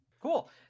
Cool